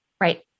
Right